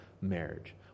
marriage